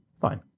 fine